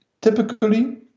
typically